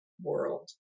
world